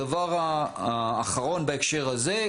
הדבר האחרון בהקשר הזה,